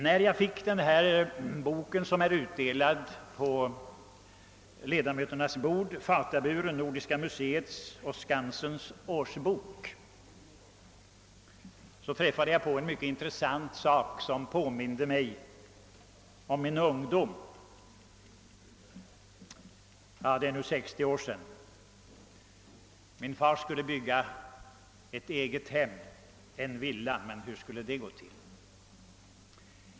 När jag fick den bok som är utdelad på ledamöternas bord, Fataburen, Nordiska museets och Skansens årsbok, träffade jag på en mycket intressant sak som påminde mig om min ungdom. Ja, det är nu 60 år sedan. Min far skulle bygga ett eget hem, en villa, men hur skulle det gå till?